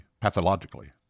pathologically